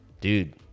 Dude